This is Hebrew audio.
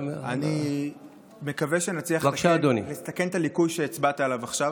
אני מקווה שנצליח לתקן את הליקוי שהצבעת עליו עכשיו,